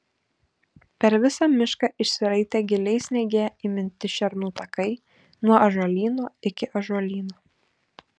per visą mišką išsiraitė giliai sniege įminti šernų takai nuo ąžuolyno iki ąžuolyno